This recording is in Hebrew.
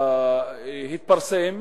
התפרסם